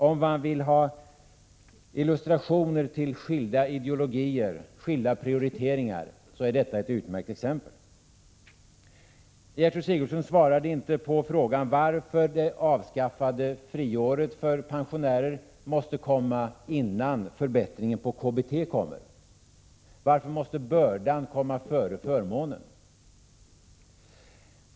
Vill man ha illustrationer till skilda ideologier, skilda prioriteringar, är detta ett utmärkt exempel. Gertrud Sigurdsen svarade inte på frågan varför avskaffandet av friåret för pensionärer måste komma före förbättringen av KBT. Varför måste bördan komma före förmånen?